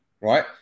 right